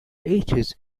ages